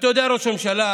אתה יודע, ראש הממשלה,